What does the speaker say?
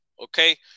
Okay